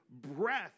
breath